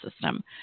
system